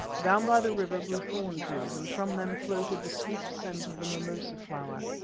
down by the river grew thorn-trees, and from them floated the sweet scent of the mimosa flower,